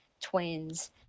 twins